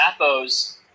Zappos